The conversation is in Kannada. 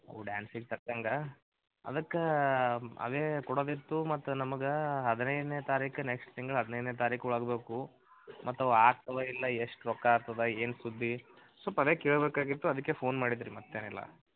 ಅವು ಡ್ಯಾನ್ಸಿಗೆ ತಕ್ಕಂಗೆ ಅದಕ್ಕೆ ಅವು ಕೊಡೋದಿತ್ತು ಮತ್ತು ನಮಗೆ ಹದಿನೈದನೇ ತಾರೀಖು ನೆಕ್ಸ್ಟ್ ತಿಂಗ್ಳ ಹದಿನೈದನೇ ತಾರೀಖು ಒಳಗೆ ಬೇಕು ಮತ್ತು ಅವು ಆಗ್ತವಾ ಇಲ್ಲ ಎಷ್ಟು ರೊಕ್ಕಾಗ್ತದೆ ಏನು ಸುದ್ದಿ ಸ್ವಲ್ಪ ಅದೇ ಕೇಳಬೇಕಾಗಿತ್ತು ಅದಕ್ಕೆ ಫೋನ್ ಮಾಡಿದ್ದು ರಿ ಮತ್ತೇನೂ ಇಲ್ಲ